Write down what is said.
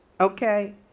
okay